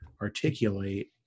articulate